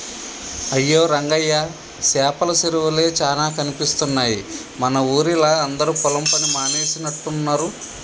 అయ్యో రంగయ్య సేపల సెరువులే చానా కనిపిస్తున్నాయి మన ఊరిలా అందరు పొలం పని మానేసినట్టున్నరు